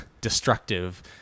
destructive